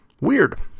weird